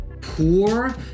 poor